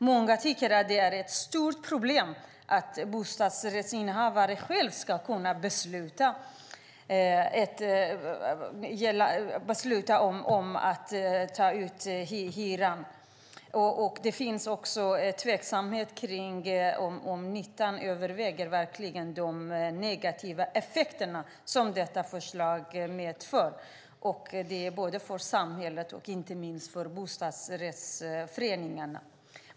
Många tycker att det är ett stort problem att bostadsrättsinnehavaren själv ska kunna besluta om hyran. Det finns också en tveksamhet om nyttan verkligen överstiger de negativa effekter som detta förslag medför, både för samhället och inte minst för bostadsrättsföreningarna.